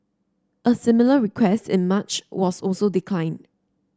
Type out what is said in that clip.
a similar request in March was also declined